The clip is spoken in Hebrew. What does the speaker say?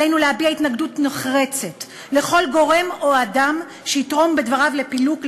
עלינו להביע התנגדות נחרצת לכל גורם או אדם שיתרום בדבריו לפילוג,